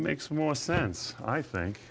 makes more sense i think